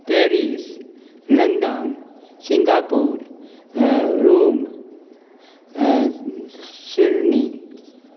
Paris London Singapore Rome Sydney